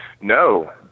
No